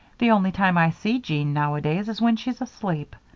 the only time i see jean, nowadays, is when she's asleep.